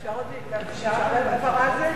אפשר הבהרה על זה?